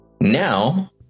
Now